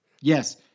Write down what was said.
Yes